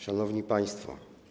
Szanowni Państwo!